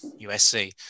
USC